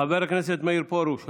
חבר הכנסת מאיר פרוש,